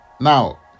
now